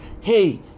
Hey